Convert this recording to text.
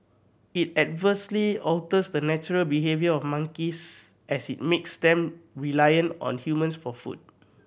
it adversely alters the natural behaviour of monkeys as it makes them reliant on humans for food